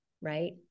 right